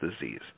disease